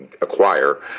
acquire